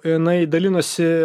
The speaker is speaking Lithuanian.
jinai dalinosi